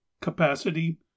capacity